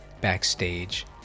backstage